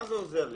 מה זה עוזר לי?